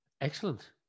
Excellent